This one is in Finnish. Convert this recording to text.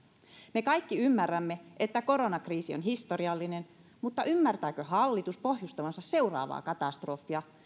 me kaikki ymmärrämme että koronakriisi on historiallinen mutta ymmärtääkö hallitus pohjustavansa seuraavaa katastrofia